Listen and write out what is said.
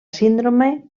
síndrome